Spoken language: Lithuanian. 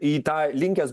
į tą linkęs